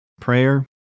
prayer